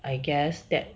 I guess that